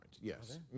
yes